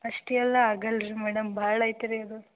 ಅಷ್ಟೆಲ್ಲ ಆಗಲ್ಲರಿ ಮೇಡಮ್ ಭಾಳ ಆಯ್ತು ರೀ